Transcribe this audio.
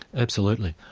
absolutely,